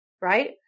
Right